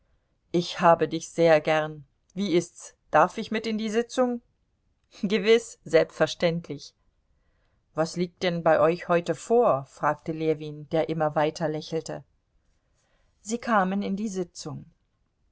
ich habe dich sehr gern wie ist's darf ich mit in die sitzung gewiß selbstverständlich was liegt denn bei euch heute vor fragte ljewin der immer weiter lächelte sie kamen in die sitzung